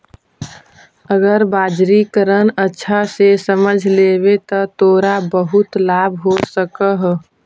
अगर बाजारीकरण अच्छा से समझ लेवे त तोरा बहुत लाभ हो सकऽ हउ